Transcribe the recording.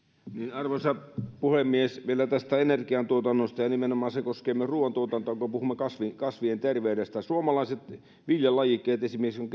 arvoisa puhemies vielä tästä energiantuotannosta ja ja nimenomaan se koskee myös ruuantuotantoa kun puhumme kasvien kasvien terveydestä esimerkiksi suomalaiset viljalajikkeet on